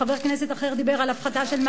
חבר כנסת אחר דיבר על הפחתה של,